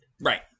Right